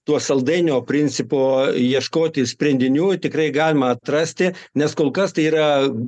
tuo saldainio principo ieškoti sprendinių tikrai galima atrasti nes kol kas tai yra